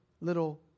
little